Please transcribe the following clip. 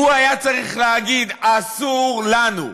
הוא היה צריך להגיד: אסור לנו,